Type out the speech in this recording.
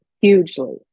hugely